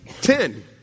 ten